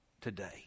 today